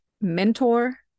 mentor